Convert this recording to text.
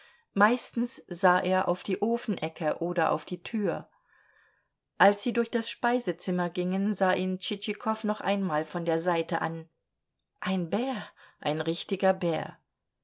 meistens sah er auf die ofenecke oder auf die tür als sie durch das speisezimmer gingen sah ihn tschitschikow noch einmal von der seite an ein bär ein richtiger bär